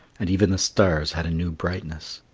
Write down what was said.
and even the stars had a new brightness.